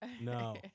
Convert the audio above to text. No